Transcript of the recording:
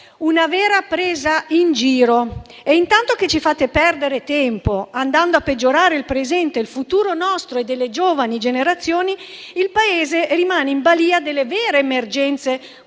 una vera presa in giro e intanto che ci fate perdere tempo andando a peggiorare il presente e il futuro nostro e delle giovani generazioni il Paese rimane in balia delle vere emergenze, quali